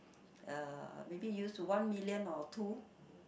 uh maybe use one million or two